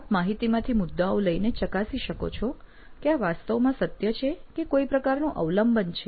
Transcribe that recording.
આપ માહિતીમાંથી મુદ્દાઓ લઈને ચકાસી શકો છો કે આ વાસ્તવમાં સત્ય છે કે કોઈ પ્રકારનું અવલંબન છે